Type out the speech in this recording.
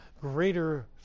greater